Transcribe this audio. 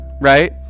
right